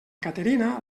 caterina